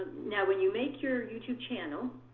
now when you make your youtube channel,